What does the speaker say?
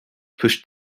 pushed